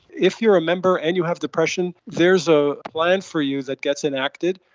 if you are a member and you have depression, there's a plan for you that gets enacted.